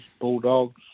Bulldogs